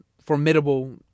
formidable